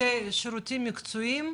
שירותים מקצועיים,